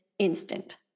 instant